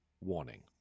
warning